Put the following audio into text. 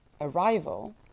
arrival